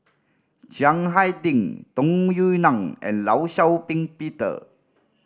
Chiang Hai Ding Tung Yue Nang and Law Shau Ping Peter